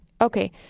Okay